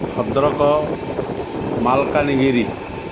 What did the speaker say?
Bhadrak Malkangiri